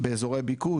באזורי ביקוש,